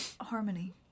Harmony